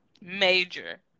Major